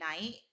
night